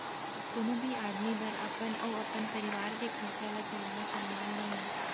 कोनो भी आदमी बर अपन अउ अपन परवार के खरचा ल चलाना सम्मान नइये